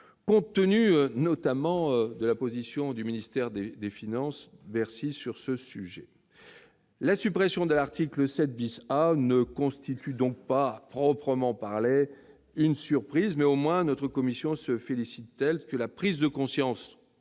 compte tenu, notamment, de la position du ministère des finances sur ce sujet. La suppression de l'article 7 A ne constitue donc pas, à proprement parler, une surprise. Du moins, notre commission se félicite que la prise de conscience